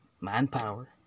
manpower